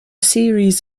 series